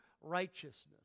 righteousness